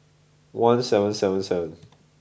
one seven seven seven